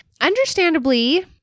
understandably